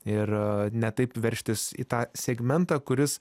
ir ne taip veržtis į tą segmentą kuris